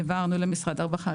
העברנו למשרד הרווחה,